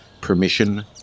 Permission